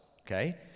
okay